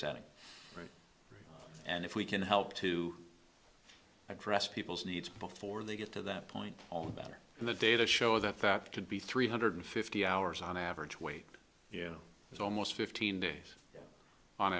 setting and if we can help to address people's needs before they get to that point better and the data show that that could be three hundred fifty hours on average wait is almost fifteen days on